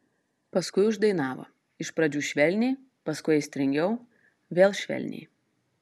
paskui uždainavo iš pradžių švelniai paskui aistringiau vėl švelniai